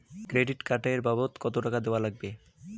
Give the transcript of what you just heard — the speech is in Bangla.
ক্রেডিট কার্ড এর বাবদ কতো টাকা দেওয়া লাগবে?